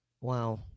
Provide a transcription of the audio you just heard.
wow